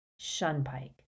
Shunpike